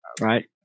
Right